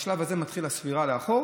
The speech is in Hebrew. בשלב הזה מתחילה הספירה לאחור